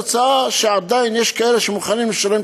התוצאה היא שעדיין יש כאלה שמוכנים לשלם